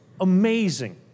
amazing